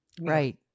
Right